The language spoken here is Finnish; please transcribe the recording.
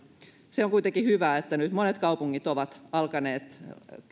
se on kuitenkin hyvä että nyt monet kaupungit ovat alkaneet